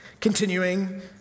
continuing